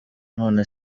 none